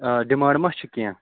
آ ڈِمانٛڈ مہ چھُ کیٚنٛہہ